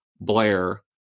Blair